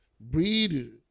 breed